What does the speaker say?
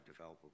developable